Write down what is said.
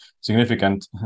significant